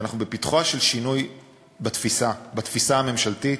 שאנחנו בפתחו של שינוי בתפיסה הממשלתית,